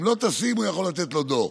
אם לא ישים, הוא יכול לתת לו דוח.